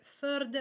third